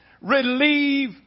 relieve